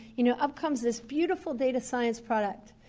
you know, up comes this beautiful data science product.